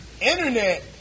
Internet